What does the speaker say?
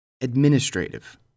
Administrative